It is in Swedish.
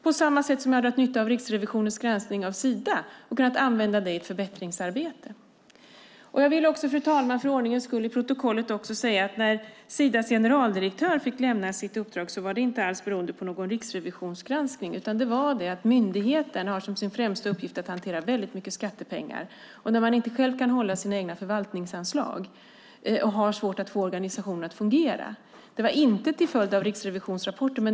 På samma sätt har jag dragit nytta av Riksrevisionens granskning av Sida och kunnat använda det i ett förbättringsarbete. Jag vill också, fru talman, för ordningens skull för protokollet säga att det när Sidas generaldirektör fick lämna sitt uppdrag inte alls berodde på någon riksrevisionsgranskning. Myndigheten har som sin främsta uppgift att hantera väldigt mycket skattepengar, och man kunde inte hålla sina egna förvaltningsanslag och hade svårt att få organisationen att fungera. Det var alltså inte till följd av riksrevisionsrapporten.